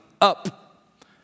up